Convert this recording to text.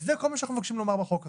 זה כל מה שאנחנו מבקשים לומר בחוק הזה.